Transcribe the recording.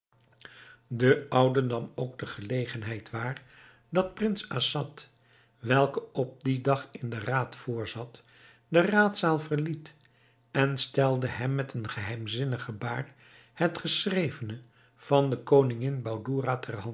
de oude nam ook de gelegenheid waar dat prins assad welke op dien dag in den raad voorzat de raadzaal verliet en stelde hem met een geheimzinnig gebaar het geschrevene van den koningin